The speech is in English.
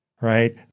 right